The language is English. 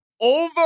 Over